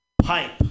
pipe